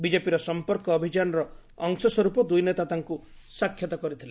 ବିଜେପିର ସମ୍ପର୍କ ଅଭିଯାନର ଅଂଶସ୍ୱରୂପ ଦୁଇ ନେତା ତାଙ୍କୁ ସାକ୍ଷାତ କରିଥିଲେ